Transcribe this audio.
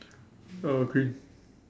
uh green